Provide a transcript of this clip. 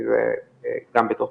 זה גם בתוך.